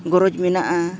ᱜᱚᱨᱚᱡᱽ ᱢᱮᱱᱟᱜᱼᱟ